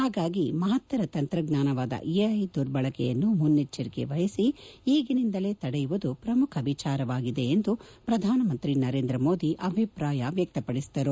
ಹಾಗಾಗಿ ಮಪತ್ತರ ತಂತ್ರಜ್ಙಾನವಾದ ಎಐ ದುರ್ಬಳಕೆಯನ್ನು ಮುನ್ನೆಚ್ವರಿಕೆ ವಹಿಸಿ ಈಗಿನಿಂದಲೇ ತಡೆಯುವುದು ಪ್ರಮುಖ ವಿಚಾರವಾಗಿದೆ ಎಂದು ಪ್ರಧಾನಮಂತ್ರಿ ನರೇಂದ್ರ ಮೋದಿ ಅಭಿಪ್ರಾಯ ವ್ನಕ್ನಪಡಿಸಿದರು